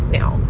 now